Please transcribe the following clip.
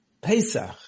Pesach